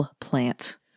plant